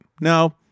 No